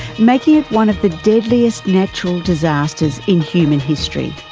making it one of the deadliest natural disasters in human history.